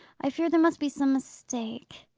i fear there must be some mistake.